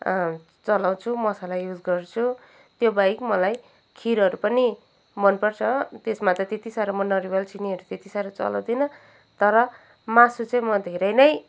चलाउँछु मसाला युज गर्छु त्यो बाहेक मलाई खिरहरू पनि मनपर्छ त्यसमा त त्यति साह्रो म नरिवल चिनीहरू त्यति साह्रो चलाउँदिनँ तर मासु चाहिँ म धेरै नै